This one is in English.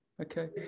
Okay